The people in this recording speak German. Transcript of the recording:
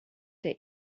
der